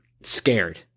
scared